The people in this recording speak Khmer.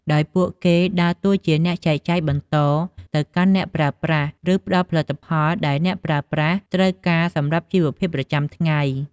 ដោយពួកគេដើរតួជាអ្នកចែកចាយបន្តទៅកាន់អ្នកប្រើប្រាស់ ឬផ្តល់ផលិតផលដែលអ្នកប្រើប្រាស់ត្រូវការសម្រាប់ជីវភាពប្រចាំថ្ងៃ។